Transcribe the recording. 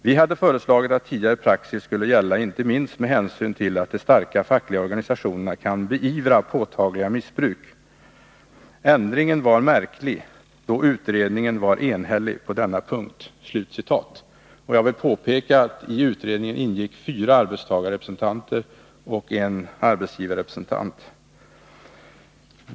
Vi hade föreslagit att tidigare praxis skulle gälla inte minst med hänsyn till att de starka fackliga organisationerna kan beivra påtagliga missbruk. Ändringen var märklig då vår utredning var enhällig på denna punkt.” Jag vill påpeka att det i utredningen ingick fyra arbetstagarrepresentanter och en arbetsgivarrepresentant.